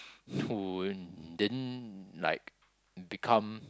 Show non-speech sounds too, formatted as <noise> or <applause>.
<breath> who didn't like become